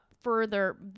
further